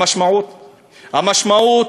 המשמעות: